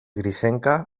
grisenca